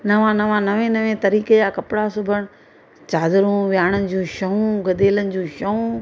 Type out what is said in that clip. नवां नवां नएं नएं तरीक़े जा कपिड़ा सिबण चादरूं विहाणनि जूं छवूं गदेलनि जूं छवूं